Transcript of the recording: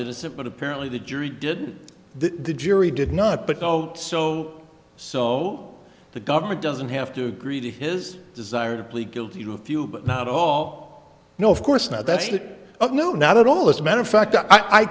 isn't but apparently the jury did that the jury did not put out so so the government doesn't have to agree to his desire to plead guilty to a few but not all no of course not that's that of no not at all as a matter of fact i